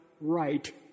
right